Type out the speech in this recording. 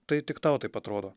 tai tik tau taip atrodo